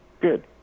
Good